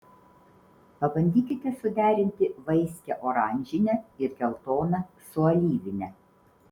pabandykite suderinti vaiskią oranžinę ir geltoną su alyvine